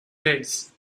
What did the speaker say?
dates